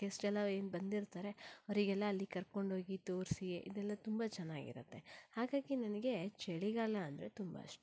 ಗೆಸ್ಟೆಲ್ಲ ಏನು ಬಂದಿರ್ತಾರೆ ಅವರಿಗೆಲ್ಲ ಅಲ್ಲಿ ಕರ್ಕೊಂಡು ಹೋಗಿ ತೋರಿಸಿ ಇದೆಲ್ಲ ತುಂಬ ಚೆನ್ನಾಗಿರತ್ತೆ ಹಾಗಾಗಿ ನನಗೆ ಚಳಿಗಾಲ ಅಂದರೆ ತುಂಬ ಇಷ್ಟ